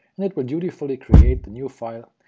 and it will dutifully create the new file,